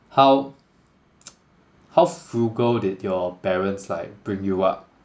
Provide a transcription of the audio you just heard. how how frugal did your parents like bring you up